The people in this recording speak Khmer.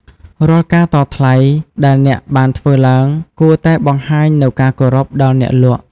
រាល់ការតថ្លៃដែលអ្នកបានធ្វើឡើង គួរតែបង្ហាញនូវការគោរពដល់អ្នកលក់។